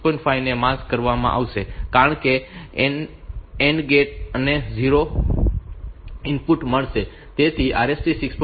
5 ને માસ્ક કરવામાં આવશે કારણ કે AND ગેટ ને 0 નું ઇનપુટ મળશે તેથી RST 6